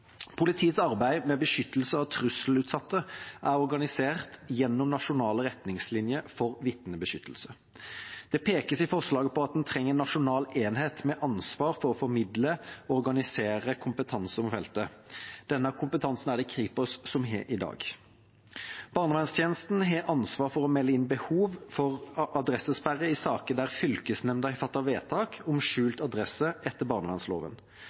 Politiets arbeid med beskyttelse av trusselutsatte er organisert gjennom nasjonale retningslinjer for vitnebeskyttelse. Det pekes i forslaget på at en trenger en nasjonal enhet med ansvar for å formidle og organisere kompetanse om feltet. Denne kompetansen er det Kripos som har i dag. Barnevernstjenesten har ansvar for å melde inn behov for adressesperre i saker der fylkesnemnda har fattet vedtak om skjult adresse etter barnevernsloven.